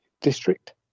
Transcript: District